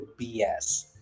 BS